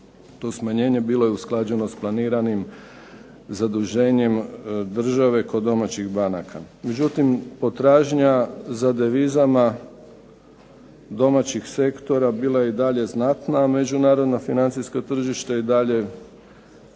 To smanjenje bilo je usklađeno s planiranim zaduženjem države kod domaćih banaka. Međutim, potražnja za devizama domaćih sektora bila je i znatna, a međunarodno financijsko tržište je ne zatvorena